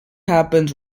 happens